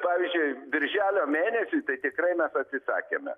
pavyzdžiui birželio mėnesiui tai tikrai mes atsisakėme